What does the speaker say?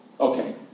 Okay